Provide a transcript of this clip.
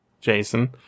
Jason